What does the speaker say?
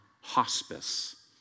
hospice